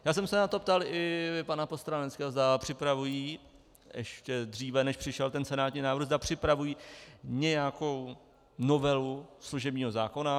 Já jsem se na to ptal i pana Postráneckého ještě dříve, než přišel ten senátní návrh, zda připravují nějakou novelu služebního zákona.